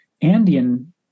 Andean